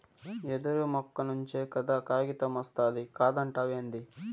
యెదురు మొక్క నుంచే కదా కాగితమొస్తాది కాదంటావేంది